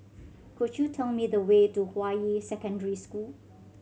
could you tell me the way to Hua Yi Secondary School